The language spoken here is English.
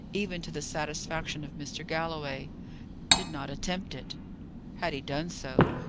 even to the satisfaction of mr. galloway did not attempt it had he done so,